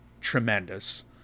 tremendous